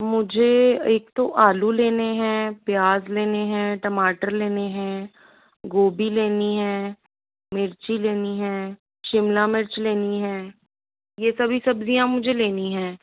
मुझे एक तो आलू लेने हैं प्याज़ लेने हैं टमाटर लेने हैं गोभी लेनी हैं मिर्ची लेनी हैं शिमला मिर्च लेनी हैं ये सभी सब्ज़ियां मुझे लेनी हैं